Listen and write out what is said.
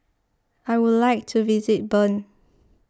I would like to visit Bern